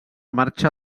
marxa